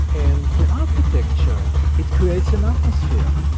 and the architecture, it creates an atmosphere.